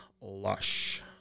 lush